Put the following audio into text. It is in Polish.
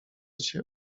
cię